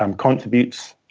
um contributes